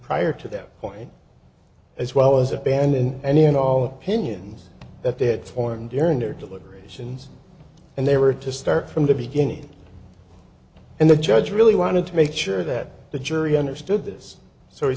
prior to that point as well as abandon any and all opinions that they had formed during their deliberations and they were to start from the beginning and the judge really wanted to make sure that the jury understood this so he